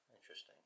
Interesting